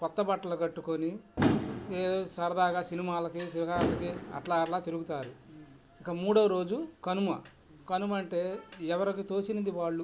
కొత్త బట్టలు కట్టుకొని ఏదో సరదాగా సినిమాలకి షికారులకి అట్లా అట్లా తిరుగుతారు ఇంకా మూడో రోజు కనుమ కనుమంటే ఎవరికి తోచినది వాళ్ళు